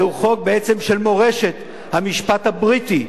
זהו חוק, בעצם, של מורשת המשפט הבריטי,